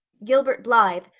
gilbert blythe,